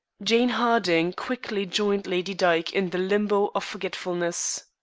jane harding quickly joined lady dyke in the limbo of forgetfulness.